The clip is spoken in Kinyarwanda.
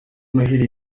noheli